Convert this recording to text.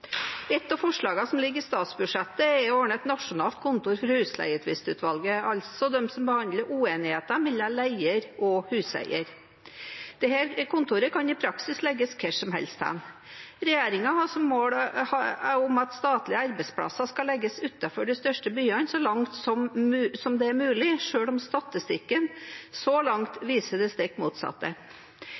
Et av forslagene som ligger i statsbudsjettet, er å ordne et nasjonalt kontor for Husleietvistutvalget, altså de som behandler uenigheter mellom leier og huseier. Dette kontoret kan i praksis legges hvor som helst. Regjeringen har som mål at statlige arbeidsplasser skal legges utenfor de største byene så langt det er mulig, selv om statistikken så langt viser det stikk motsatte.